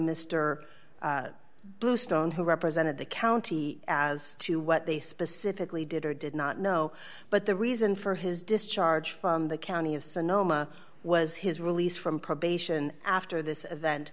mister bluestone who represented the county as to what they specifically did or did not know but the reason for his discharge from the county of sonoma was his release from probation after this event